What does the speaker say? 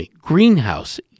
greenhouse